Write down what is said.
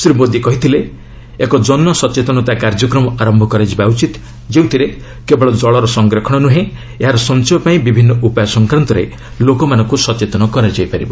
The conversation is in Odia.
ଶ୍ରୀ ମୋଦି କହିଥିଲେ ଏକ ଜନ ସଚେତନତା କାର୍ଯ୍ୟକ୍ରମ ଆରମ୍ଭ କରାଯିବା ଉଚିତ ଯେଉଁଥିରେ କେବଳ ଜଳର ସଂରକ୍ଷଣ ନୁହେଁ ଏହାର ସଞ୍ଚୟ ପାଇଁ ବିଭିନ୍ନ ଉପାୟ ସଂକ୍ରାନ୍ତରେ ଲୋକମାନଙ୍କ ସଚେତନ କରାଯାଇପାରିବ